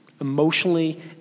emotionally